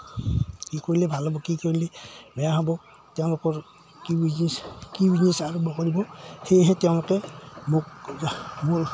কি কৰিলে ভাল হ'ব কি কৰিলে বেয়া হ'ব তেওঁলোকৰ কি বিজনেছ কি বিজনেছ আৰম্ভ কৰিব সেয়েহে তেওঁলোকে মোক মোৰ